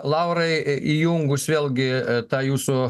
laurai įjungus vėlgi tą jūsų